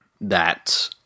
that-